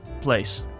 place